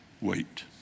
wait